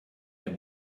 der